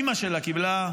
אימא שלה קיבלה,